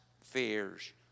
fears